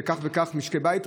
שזה כך וכך משקי בית,